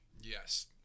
Yes